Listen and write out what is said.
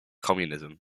communism